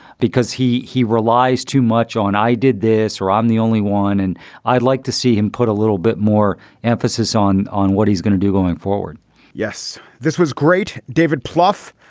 because he he relies too much on i did this or i'm um the only one. and i'd like to see him put a little bit more emphasis on on what he's going to do going forward yes. this was great. david plouffe,